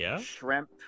shrimp